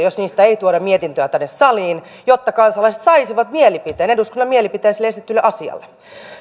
jos niistä ei tuoda mietintöä tänne saliin jotta kansalaiset saisivat eduskunnan mielipiteen sille esitetylle asialle